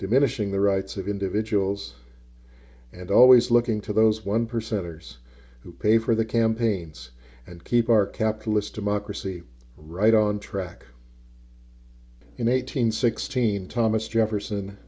diminishing the rights of individuals and always looking to those one percenters who pay for the campaigns and keep our capitalist democracy right on track in eight hundred sixteen thomas jefferson